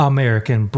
American